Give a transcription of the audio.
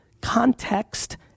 context